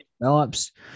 Develops